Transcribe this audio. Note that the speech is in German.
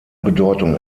bedeutung